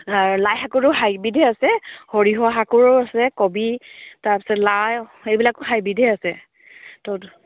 লাইশাকৰো হাইব্ৰীডে আছে সৰিয়হ শাকৰো আছে কবি তাৰপিছত লাই সেইবিলাকো হাইব্ৰীডে আছে তো